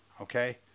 Okay